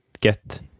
get